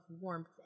warmth